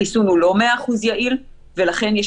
החיסון הוא לא מאה אחוז יעיל ולכן יש